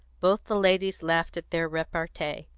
both the ladies laughed at their repartee.